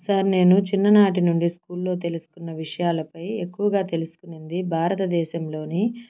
sir నేను చిన్ననాటి నుండి స్కూల్లో తెలుసుకున్న విషయాలపై ఎక్కువగా తెలుసుకుంది భారతదేశంలోని